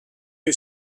new